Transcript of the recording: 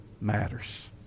matters